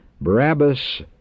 Barabbas